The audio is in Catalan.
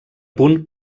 punt